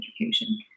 education